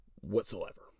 Whatsoever